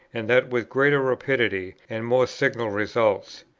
and that with greater rapidity, and more signal results.